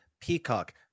Peacock